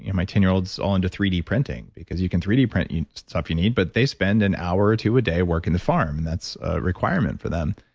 yeah my ten year old's all into three d printing because you can three d print stuff you need. but they spend an hour or two a day working the farm and that's a requirement for them.